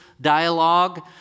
dialogue